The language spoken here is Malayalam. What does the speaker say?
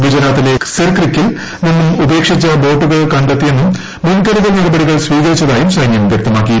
ഗൂജ്റ്റാത്തിലെ സിർ ക്രിക്കിൽ നിന്ന് ഉപേക്ഷിച്ച ബോട്ടുകൾ കണ്ടെത്തിയെന്നും മുൻകരുതൽ നടപടികൾ സ്വീകരിച്ചതായും സൈന്യം വ്യക്തമാക്കി